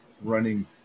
running